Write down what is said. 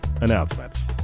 announcements